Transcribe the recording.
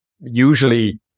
usually